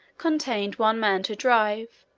contained one man to drive,